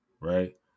right